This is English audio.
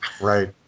right